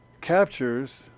captures